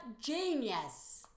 genius